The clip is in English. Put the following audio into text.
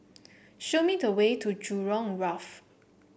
show me the way to Jurong Wharf